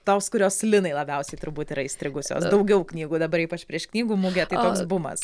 tos kurios linai labiausiai turbūt yra įstrigusios daugiau knygų dabar ypač prieš knygų mugę tai toks bumas